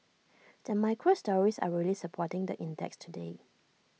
the micro stories are really supporting the index today